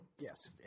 Yes